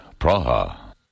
Praha